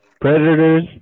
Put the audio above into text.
Predators